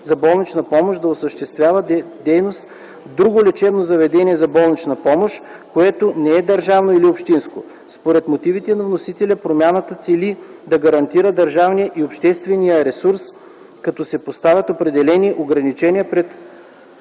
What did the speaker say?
за болнична помощ да осъществява дейност друго лечебно заведение за болнична помощ, което не е държавно или общинско. Според мотивите на вносителя промяната цели да гарантира държавния и общинския ресурс, като се поставят определени ограничения пред